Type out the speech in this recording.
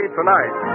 tonight